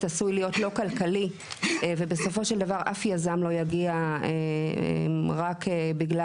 עשוי להיות לא כלכלי ובסופו של דבר אף יזם לא יגיע רק בגלל